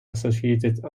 associated